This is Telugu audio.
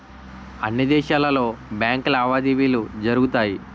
అన్ని దేశాలలో బ్యాంకు లావాదేవీలు జరుగుతాయి